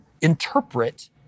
interpret